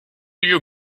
you